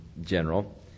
general